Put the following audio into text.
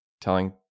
telling